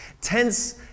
Tense